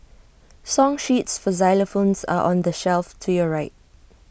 song sheets for xylophones are on the shelf to your right